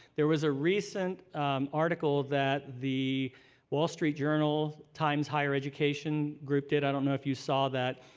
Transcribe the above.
there was a recent article that the wall street journal times higher education group did. i don't know if you saw that.